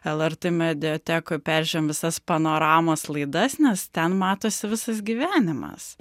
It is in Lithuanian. lrt mediatekoj peržiūrim visas panoramos laidas nes ten matosi visas gyvenimas